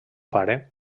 pare